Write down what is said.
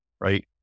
right